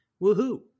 Woohoo